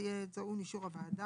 זה יהיה טעון אישור הוועדה.